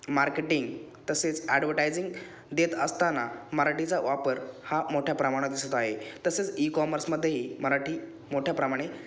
marketing तसेच advertising देत असताना मराठीचा वापर हा मोठ्या प्रमाणात दिसत आहे तसेच ईकॉमर्समध्येही मराठी मोठ्या प्रमाणे